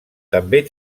també